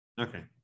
Okay